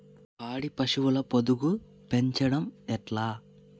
పాడి పశువుల పొదుగు పెంచడం ఎట్లా?